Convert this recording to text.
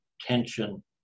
tension